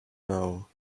now